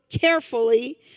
carefully